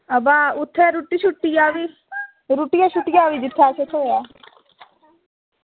बा उत्थै रुट्टी दा बी रुट्टी दा बी जित्थै असें ई थ्होऐ